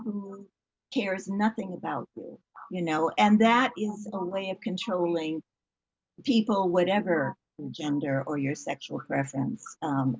who cares nothing about you know and that is a way of controlling people whatever gender or your sexual preference